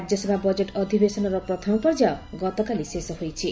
Rajya Sabha budget ଅଧିବେଶନର ପ୍ରଥମ ପର୍ଯ୍ୟାୟ ଗତକାଲି ଶେଷ ହୋଇଛି